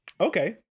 Okay